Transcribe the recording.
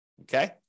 okay